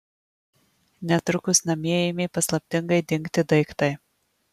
netrukus namie ėmė paslaptingai dingti daiktai